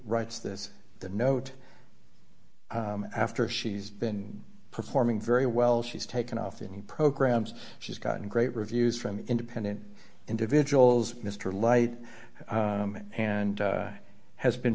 writes this the note after she's been performing very well she's taken off any programs she's gotten great reviews from independent individuals mr light and has been